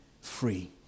free